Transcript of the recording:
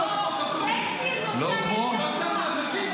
רק לא כמו ואטורי.